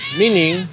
meaning